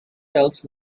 felt